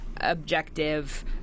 objective